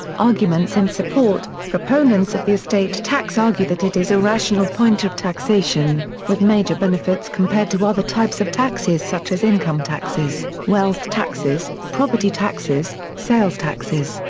arguments in support proponents of the estate tax argue that it is a rational point of taxation, with major benefits compared to other types of taxes such as income taxes, wealth taxes, property taxes, sales taxes,